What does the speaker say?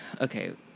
okay